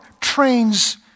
trains